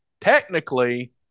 Technically